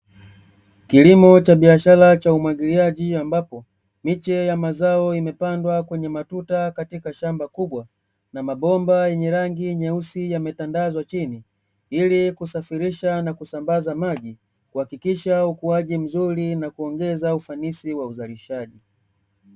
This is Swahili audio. Kilimo cha biashara cha umwagiliaji ambapo miche ya mazao imepandwa kwenye matuta katika shamba kubwa, na mabomba yenye rangi nyeusi yametandazwa chini , ili kusafirisha na kusambaza maji kuhakikisha ukuaji mzuri na kuongeza ufanisi wa uzalishaji.